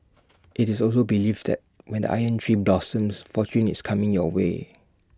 it's also believed that when the iron tree blossoms fortune is coming your way